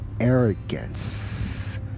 arrogance